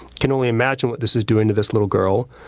can only imagine what this is doing to this little girl.